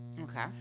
Okay